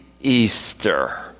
Easter